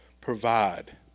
provide